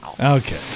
Okay